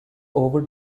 over